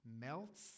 melts